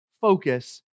focus